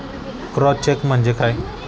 Cross check म्हणजे काय?